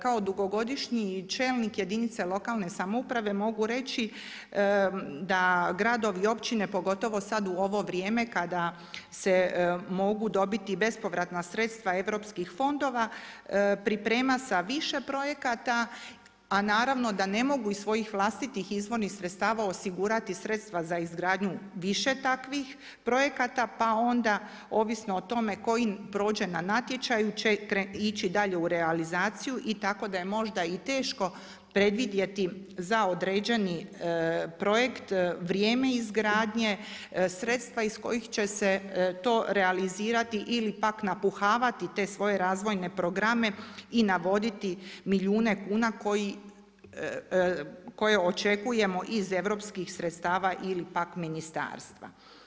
Kao dugogodišnji čelnik jedinice lokalne samouprave mogu reći da gradovi i općine, pogotovo sada u ovo vrijeme kada se mogu dobiti bespovratna sredstva europskih fondova priprema sa više projekata, a naravno da ne mogu iz svojih vlastitih izvornih sredstava osigurati sredstva za izgradnju više takvih projekata pa onda ovisno o tome koji prođe na natječaju će ići dalje u realizaciju, tako da je možda i teško predvidjeti za određeni projekt vrijeme izgradnje, sredstva iz kojih će se to realizirati ili pak napuhavati te svoje razvojne programe i navoditi milijune kuna koje očekujemo iz europskih sredstava ili pak ministarstva.